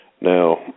now